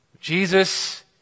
Jesus